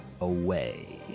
away